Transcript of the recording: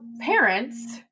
parents